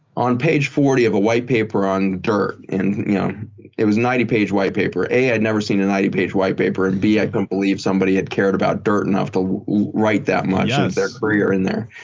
on page forty of a white paper on dirt. it was ninety page white paper. a, i'd never seen a ninety page white paper and b, i couldn't believe somebody had cared about dirt enough to write that much in their career in there.